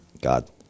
God